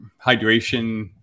hydration